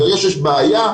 ברגע שיש בעיה,